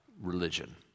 religion